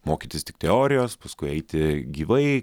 mokytis tik teorijos paskui eiti gyvai